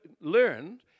learned